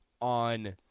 on